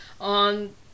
on